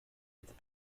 with